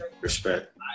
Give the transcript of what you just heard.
Respect